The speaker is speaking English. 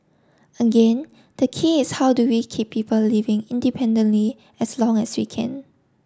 again the key is how do we keep people living independently as long as we can